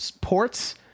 Ports